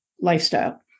lifestyle